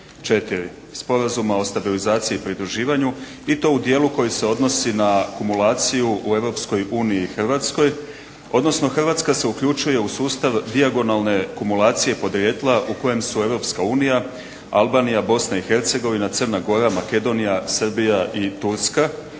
4. sporazuma o stabilizaciji i pridruživanju i to u dijelu koji se odnosi na kumulaciju u EU i Hrvatskoj, odnosno Hrvatska se uključuje u sustav dijagonalne kumulacije podrijetla u kojem su EU, Albanija, BiH, Crna Gora, Makedonija, Srbija i Turska